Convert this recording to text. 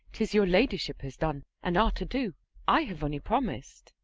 tis your ladyship has done, and are to do i have only promised.